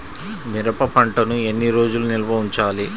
మిరప పంటను ఎన్ని రోజులు నిల్వ ఉంచాలి?